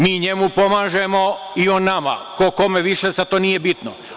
Mi njemu pomaženo i on nama, ko kome više, sad to nije bitno.